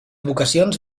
vocacions